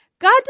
God